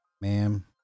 ma'am